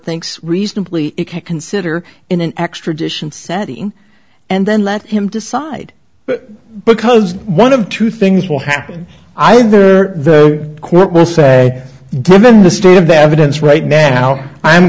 thinks reasonably consider in an extradition setting and then let him decide because one of two things will happen either the court will say determine the state of the evidence right now i'm